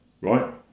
right